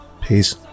Peace